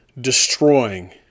destroying